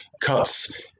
cuts